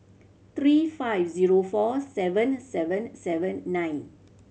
three five zero four seven seven seven nine